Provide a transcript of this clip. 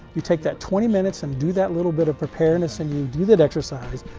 you take that twenty minutes and do that little bit of preparedness and you do that exercise,